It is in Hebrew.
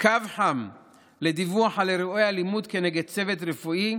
ייפתח בשבועות הקרובים קו חם לדיווח על אירועי אלימות כנגד צוות רפואי,